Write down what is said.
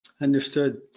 Understood